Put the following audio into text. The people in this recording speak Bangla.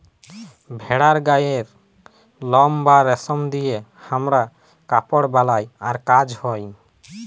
ভেড়ার গায়ের লম বা রেশম দিয়ে হামরা কাপড় বালাই আর কাজ হ্য়